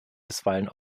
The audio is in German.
bisweilen